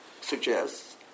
suggests